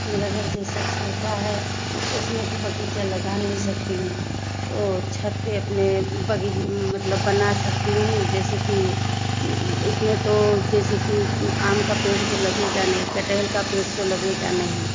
मेरा घर जैसा छोटा है उसमें तो बगीचा लगा नहीं सकती हूँ ओ छत पे अपने बगीचे मतलब बना सकती हूँ जैसे कि उसमें तो जैसे कि आम का पेड़ तो लगेगा नहीं कटहेल का पेड़ तो लगेगा नहीं